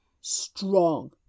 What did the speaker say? strong